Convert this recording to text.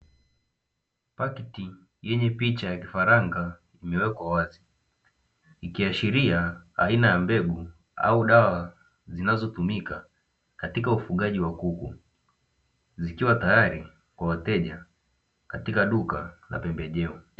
Pakiti yenye picha ya kifaranga imewekwa wazi, ikiashiria aina ya mbegu au dawa zinazotumika katika ufugaji wa kuku zikiwa tayari kwa wateja katika duka la pembejeo.